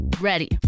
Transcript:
Ready